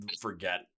forget